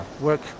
work